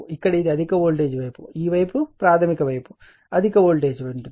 ఇక్కడ ఇది అధిక వోల్టేజ్ వైపు ఈ వైపు ప్రాధమిక వైపు అధిక వోల్టేజ్ ఉంటుంది